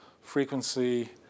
frequency